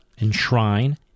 enshrine